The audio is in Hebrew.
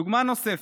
דוגמה נוספת: